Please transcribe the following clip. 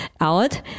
out